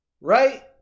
Right